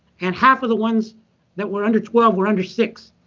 and half of the ones that were under twelve were under six.